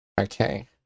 Okay